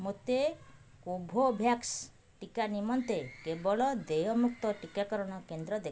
ମୋତେ କୋଭୋଭ୍ୟାକ୍ସ ଟିକା ନିମନ୍ତେ କେବଳ ଦେୟମୁକ୍ତ ଟିକାକରଣ କେନ୍ଦ୍ର ଦେଖାଅ